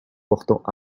portant